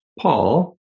Paul